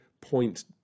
point